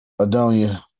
Adonia